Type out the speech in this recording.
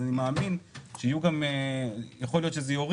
אז אני מאמין שאולי יכול להיות זה יוריד.